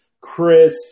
Chris